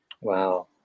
Wow